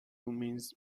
means